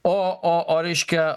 o o o reiškia